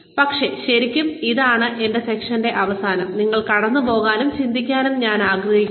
പക്ഷേ ശരിക്കും ഇതാണ് ഈ സെഷന്റെ അവസാനം നിങ്ങൾ കടന്നുപോകാനും ചിന്തിക്കാനും ഞാൻ ആഗ്രഹിക്കുന്നത്